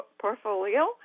portfolio